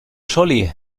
scholli